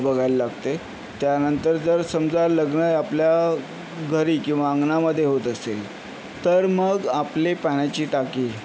बघायला लागते त्यानंतर जर समजा लग्न आपल्या घरी किंवा अंगणामध्ये होत असेल तर मग आपली पाण्याची टाकी